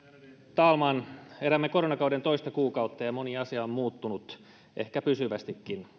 talman elämme koronakauden toista kuukautta ja moni asia on muuttunut ehkä pysyvästikin